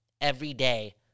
everyday